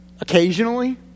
Occasionally